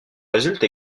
résulte